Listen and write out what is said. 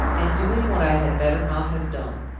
and doing what i had better not have done.